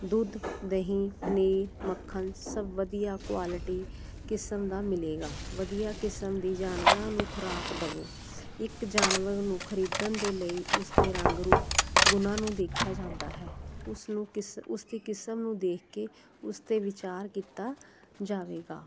ਦੁੱਧ ਦਹੀਂ ਪਨੀਰ ਮੱਖਣ ਸਭ ਵਧੀਆ ਕੁਆਲਿਟੀ ਕਿਸਮ ਦਾ ਮਿਲੇਗਾ ਵਧੀਆ ਕਿਸਮ ਦੀ ਜਾਨਵਰਾਂ ਨੂੰ ਖੁਰਾਕ ਦੇਵੋ ਇੱਕ ਜਾਨਵਰ ਨੂੰ ਖਰੀਦਣ ਦੇ ਲਈ ਉਸਦੇ ਰੰਗ ਰੂਪ ਗੁਣਾਂ ਨੂੰ ਦੇਖਿਆ ਜਾਂਦਾ ਹੈ ਉਸਨੂੰ ਕਿਸ ਉਸਦੀ ਕਿਸਮ ਨੂੰ ਦੇਖ ਕੇ ਉਸ 'ਤੇ ਵਿਚਾਰ ਕੀਤਾ ਜਾਵੇਗਾ